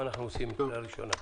מה אנחנו עושים בקריאה הראשונה.